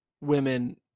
women